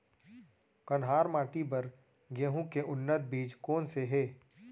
कन्हार माटी बर गेहूँ के उन्नत बीजा कोन से हे?